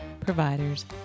providers